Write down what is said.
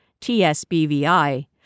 TSBVI